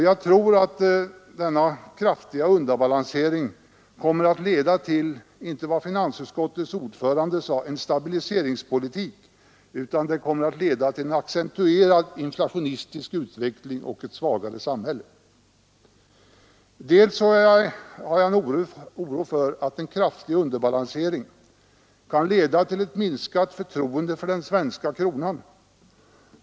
Jag tror att denna kraftiga underbalansering kommer att leda, inte som finansutskottets ordförande sade till en stabiliseringspolitik, utan till en accentuerad inflationistisk utveckling och ett svagare samhälle. Vidare är jag orolig för att en kraftig underbalansering kan leda till ett minskat förtroende för den svenska kronan.